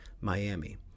Miami